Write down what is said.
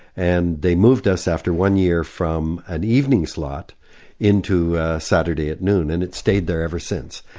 and they moved us after one year from an evening slot into saturday at noon, and it stayed there ever since.